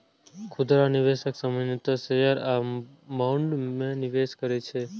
खुदरा निवेशक सामान्यतः शेयर आ बॉन्ड मे निवेश करै छै